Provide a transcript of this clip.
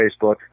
Facebook